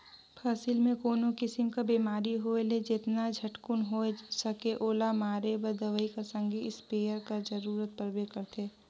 फसिल मे कोनो किसिम कर बेमारी होए ले जेतना झटकुन होए सके ओला मारे बर दवई कर संघे इस्पेयर कर जरूरत परबे करथे